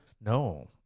No